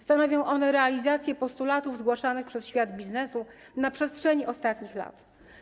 Stanowią one realizację postulatów zgłaszanych przez świat biznesu na przestrzeni ostatnich lat.